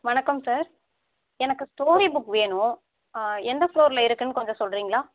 வணக்கம் சார் எனக்கு story book வேணும் எந்த ஃப்ளோரில் இருக்குன்னு கொஞ்சம் சொல்லுறீங்களா